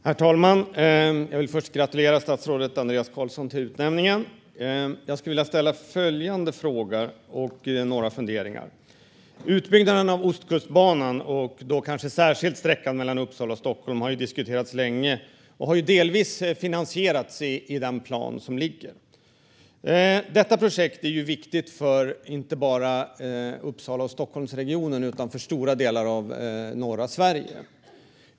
Herr talman! Jag vill först gratulera statsrådet Andreas Carlson till utnämningen. Jag vill ställa följande fråga och komma med några funderingar. Utbyggnaden av Ostkustbanan, kanske särskilt sträckan mellan Uppsala och Stockholm, har diskuterats länge och delvis finansierats i den plan som ligger. Detta projekt är viktigt inte bara för Uppsala och Stockholmsregionen, utan för stora delar av norra Sverige.